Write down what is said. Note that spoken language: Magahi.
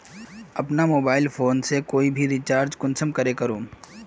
अपना मोबाईल फोन से कोई भी रिचार्ज कुंसम करे करूम?